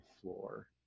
floor